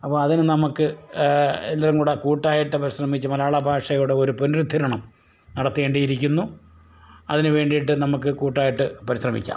അപ്പോൾ അതിന് നമുക്ക് എല്ലാവരും കൂടി കൂട്ടായിട്ട് പരിശ്രമിച്ച് മലയാള ഭാഷയുടെ ഒരു പുനരുദ്ധരണം നടത്തേണ്ടിയിരിക്കുന്നു അതിനു വേണ്ടിയിട്ട് നമുക്ക് കൂട്ടായിട്ട് പരിശ്രമിക്കാം